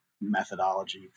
methodology